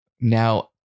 now